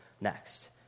next